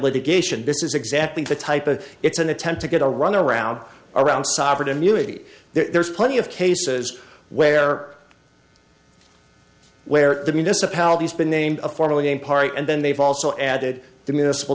litigation this is exactly the type of it's an attempt to get a runaround around sovereign immunity there's plenty of cases where where the municipality's been named a formally a part and then they've also added the municipal